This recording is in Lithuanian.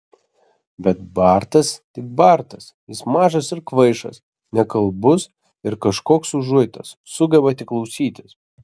bet bartas tik bartas jis mažas ir kvaišas nekalbus ir kažkoks užuitas sugeba tik klausytis